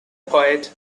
poet